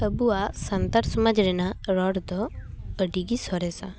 ᱟᱵᱚᱣᱟᱜ ᱥᱟᱱᱛᱟᱲ ᱥᱚᱢᱟᱡᱽ ᱨᱮᱱᱟᱜ ᱨᱚᱲ ᱫᱚ ᱟᱹᱰᱤᱜᱮ ᱥᱚᱨᱮᱥᱟ